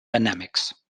dynamics